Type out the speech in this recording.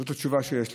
זו התשובה שיש לי.